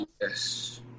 yes